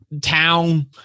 town